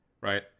right